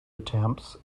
attempts